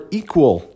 equal